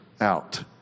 out